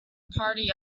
party